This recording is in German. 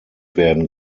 werden